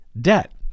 debt